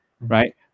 right